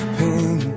pain